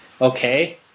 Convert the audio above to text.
okay